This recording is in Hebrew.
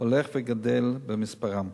הולך וגדל במספרם.